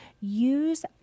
use